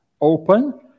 open